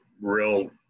real